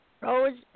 Rose